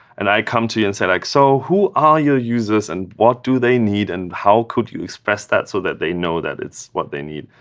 and i come to you and say, like so who are your users, and what do they need, and how could you express that so that they know that it's what they need?